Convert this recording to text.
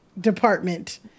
department